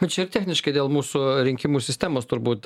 bet šiaip techniškai dėl mūsų rinkimų sistemos turbūt